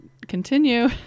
continue